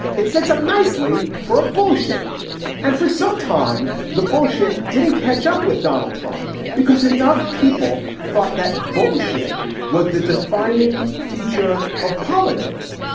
it sets up nicely for a bullshitter and for some time. the bullshit didn't catch up with donald trump because enough people thought that bullshit was the defining feature of politics.